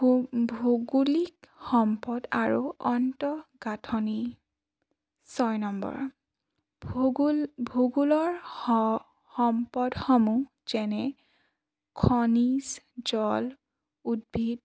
ভূগোলিক সম্পদ আৰু অন্তঃগাঁথনি ছয় নম্বৰ ভূগোল ভূগোলৰ সম্পদসমূহ যেনে খনিজ জল উদ্ভিদ